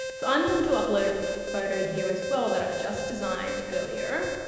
so i'm going to upload a photo here as well that i've just designed earlier,